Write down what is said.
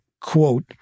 quote